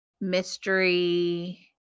mystery